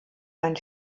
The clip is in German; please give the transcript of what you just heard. ein